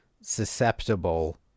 susceptible